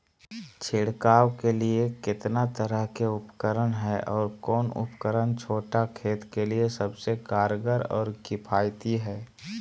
छिड़काव के लिए कितना तरह के उपकरण है और कौन उपकरण छोटा खेत के लिए सबसे कारगर और किफायती है?